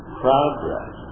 progress